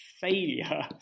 failure